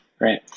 right